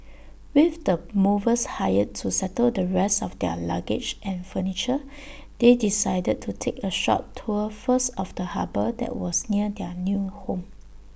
with the movers hired to settle the rest of their luggage and furniture they decided to take A short tour first of the harbour that was near their new home